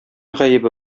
гаебе